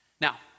Now